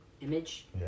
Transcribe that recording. image